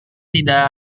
tidak